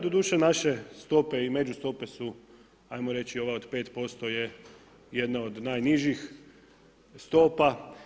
Doduše, naše stope i međustope su ajmo reći, ova od 5% je jedna od najnižih stopa.